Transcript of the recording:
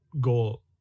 goal